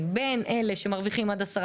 ביקשנו ממשרד